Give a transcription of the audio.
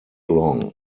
long